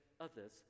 others